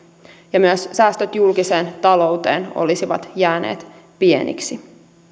ja myös säästöt julkiseen talouteen olisivat jääneet pieniksi